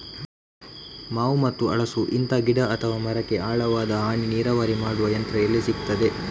ಮಾವು ಮತ್ತು ಹಲಸು, ಇಂತ ಗಿಡ ಅಥವಾ ಮರಕ್ಕೆ ಆಳವಾದ ಹನಿ ನೀರಾವರಿ ಮಾಡುವ ಯಂತ್ರ ಎಲ್ಲಿ ಸಿಕ್ತದೆ?